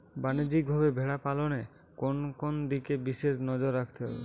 বাণিজ্যিকভাবে ভেড়া পালনে কোন কোন দিকে বিশেষ নজর রাখতে হয়?